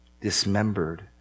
dismembered